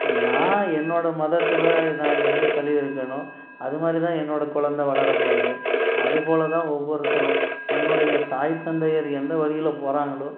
நான் என்னோடய மதத்தில் நான் எப்படி தழுவிருக்கேனோ அது மாதிரி தான் என்னோடய குழந்தை வளரப்போகுது அதுபோல் தான் ஒவ்வொருத்தரும் தன்னுடைய தாய் தந்தையர் எந்த வழியில் போகிறாங்களோ